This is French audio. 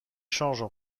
changent